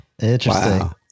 Interesting